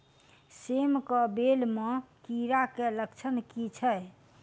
सेम कऽ बेल म कीड़ा केँ लक्षण की छै?